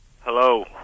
Hello